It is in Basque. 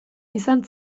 izan